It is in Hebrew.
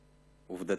עובדתית.